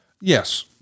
Yes